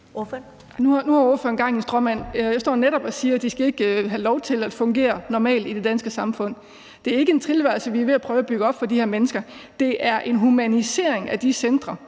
Nu har ordføreren gang i en stråmand. Jeg står netop og siger, at de ikke skal have lov til at fungere normalt i det danske samfund. Det er ikke en tilværelse, vi er ved at prøve at bygge op for de her mennesker; det er en humanisering af de centre,